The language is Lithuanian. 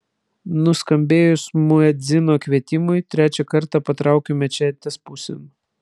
nuskambėjus muedzino kvietimui trečią kartą patraukiu mečetės pusėn